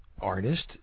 artist